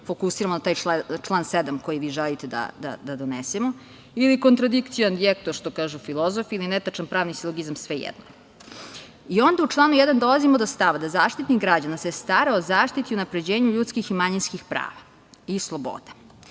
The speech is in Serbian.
fokusiramo na taj član 7, koji vi želite da donesemo, ili kontradikcija injerto, što kažu filozofi, ili netačan pravni silogizam, svejedno, a onda u članu 1. dolazimo do stava da Zaštitnik građana se stara o zaštiti i unapređenju ljudskih i manjinskih prava i sloboda. Vi